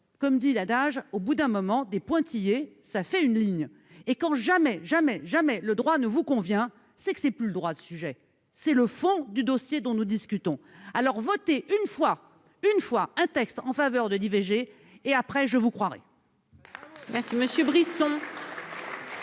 comme dit l'adage, au bout d'un moment des pointillés, ça fait une ligne et quand, jamais, jamais, jamais, le droit ne vous convient, c'est que c'est plus le droit de sujet c'est le fond du dossier dont nous discutons alors voter une fois une fois un texte en faveur de d'IVG et après je vous croirai.